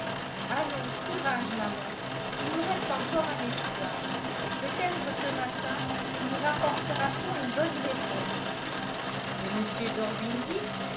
allons courage maman il nous reste encore un espoir peut-être ce matin nous rapportera t on une bonne réponse de